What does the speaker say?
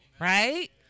Right